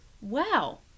wow